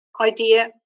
idea